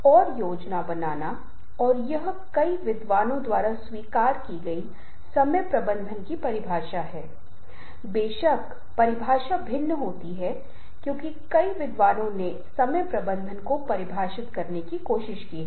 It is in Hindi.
अब मैं आपको शुरुआत दूंगा कुछ ऐसा जो शायद आपको एक विचार देगा और चर्चा में आप मुझे केवल प्रतिक्रिया दे सकते हैं और हम आपके जनसांख्यिकीय डेटा के आधार पर रुझान पा सकते हैं